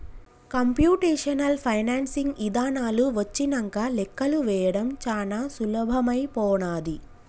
computational financing ఇదానాలు వచ్చినంక లెక్కలు వేయడం చానా సులభమైపోనాది